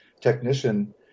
technician